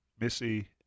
Missy